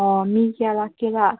ꯑꯥ ꯃꯤ ꯀꯌꯥ ꯂꯥꯛꯀꯦꯔꯥ